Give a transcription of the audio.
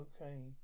okay